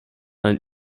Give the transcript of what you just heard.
ein